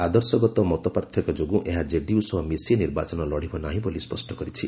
ଆଦର୍ଶଗତ ମତପାର୍ଥକ୍ୟ ଯୋଗୁଁ ଏହା ଜେଡିୟୁ ସହ ମିଶି ନିର୍ବାଚନ ଲଢ଼ିବ ନାହିଁ ବୋଲି ସ୍ୱଷ୍ଟ କରିଛି